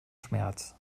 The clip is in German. schmerz